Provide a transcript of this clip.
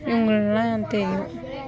இவங்களெல்லாம் எனக்கு தெரியும்